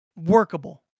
workable